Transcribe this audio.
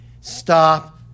Stop